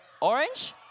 Orange